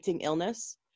illness